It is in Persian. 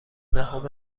دهم